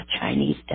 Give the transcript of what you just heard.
Chinese